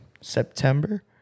September